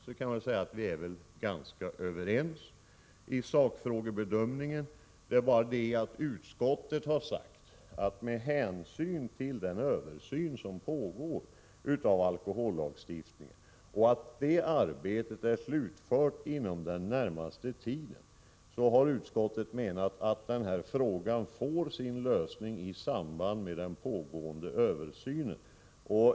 Jag kan konstatera att vi är ganska överens i sakfrågebedömningen, men utskottet har sagt att frågan får sin lösning i samband med den översyn av alkohollagstiftningen som pågår — ett arbete som är slutfört inom den närmaste tiden.